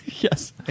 yes